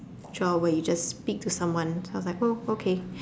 trial where you just speak to someone I was like oh okay